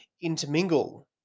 intermingle